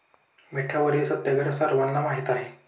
मिठावरील सत्याग्रह सर्वांना माहीत आहे